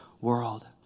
world